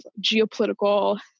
geopolitical